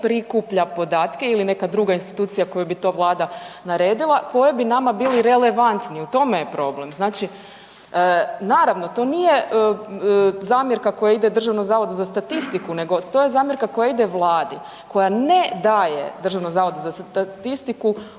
prikuplja podatke ili neka druga institucija kojoj bi to Vlada naredila koji bi nama bili relevantni. U tome je problem. Znači, naravno to nije zamjerka koja ide DZS nego je to zamjerka koja ide Vladi, koja ne daje DZS-u upute koji su